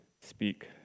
speak